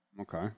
Okay